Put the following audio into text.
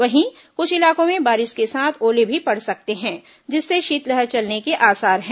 वहीं कुछ इलाकों में बारिश के साथ ओले भी पड़ सकते हैं जिससे शीतलहर चलने के आसार हैं